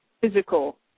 physical